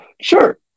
Sure